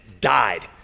died